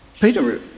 Peter